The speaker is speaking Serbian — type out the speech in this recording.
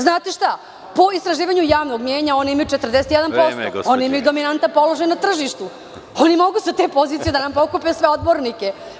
Znate šta, po istraživanju javnog mnjenja oni imaju 41%, oni imaju dominantan položaj na tržištu. (Predsedavajući: Vreme.) Oni mogu sa te pozicije da nam pokupe sve odbornike.